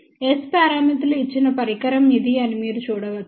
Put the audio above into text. S పారామితులు ఇచ్చిన పరికరం ఇది అని మీరు చూడవచ్చు